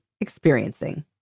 experiencing